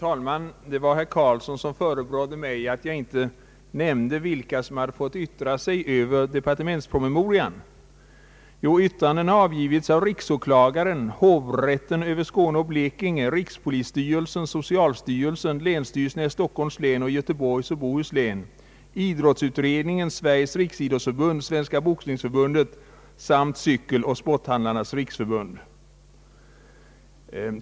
Herr talman! Herr Karlsson förebrådde mig att jag inte nämnde vilka som fått yttra sig över departementspromemorian. Yttranden har avgivits av riksåklagaren, hovrätten över Skåne och Blekinge, rikspolisstyrelsen, socialstyrelsen, länsstyrelserna i Stockholms län och i Göteborgs och Bohus län, idrottsutredningen, Sveriges riksidrottsförbund, Svenska boxningsförbundet samt Cykeloch sporthandlarnas riksförbund.